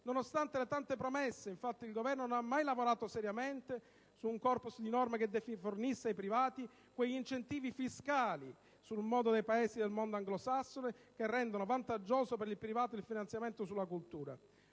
Nonostante le tante promesse, infatti, il Governo non ha mai lavorato seriamente su un *corpus* di norme che fornisse ai privati quegli incentivi fiscali, sul modello dei Paesi del mondo anglosassone, che rendono vantaggioso per il privato il finanziamento della cultura.